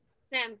Sam